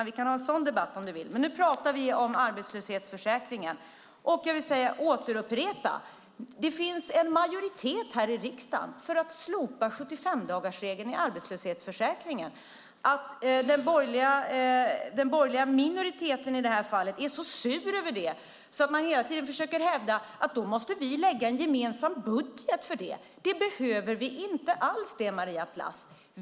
Vi kan ha en sådan debatt också om Maria Plass vill, men nu talar vi om arbetslöshetsförsäkringen. Jag vill upprepa att det finns en majoritet i riksdagen för att slopa 75-dagarsregeln i arbetslöshetsförsäkringen. Den i det här fallet borgerliga minoriteten är sur över det och försöker hela tiden hävda att vi måste lägga en gemensam budget för den. Det behöver vi inte alls göra, Maria Plass.